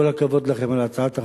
כל הכבוד לכם על הצעת החוק.